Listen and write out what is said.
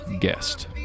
guest